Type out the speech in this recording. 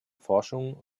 forschung